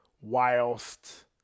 whilst